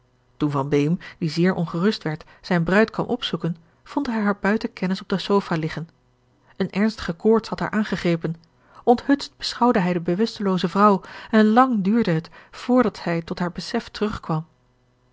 die zeer ongerust werd zijne bruid kwam opzoeken vond hij haar buiten kennis op de sofa liggen eene ernstige koorts had haar aangegrepen onthutst beschouwde hij de bewustelooze vrouw en lang duurde het vr dat zij tot haar besef terug